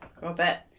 Robert